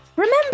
Remember